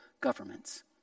governments